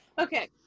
Okay